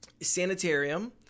sanitarium